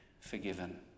forgiven